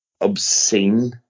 obscene